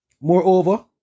Moreover